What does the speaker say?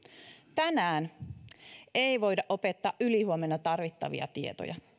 tänään ei voida opettaa ylihuomenna tarvittavia tietoja